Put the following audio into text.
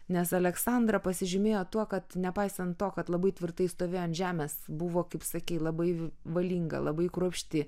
nes aleksandra pasižymėjo tuo kad nepaisant to kad labai tvirtai stovėjo ant žemės buvo kaip sakei labai valinga labai kruopšti